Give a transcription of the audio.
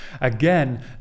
Again